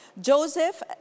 Joseph